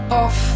off